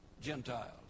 Gentiles